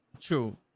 True